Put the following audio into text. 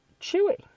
chewy